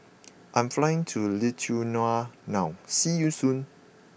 I'm flying to Lithuania now see you soon